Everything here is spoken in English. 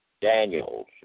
Daniels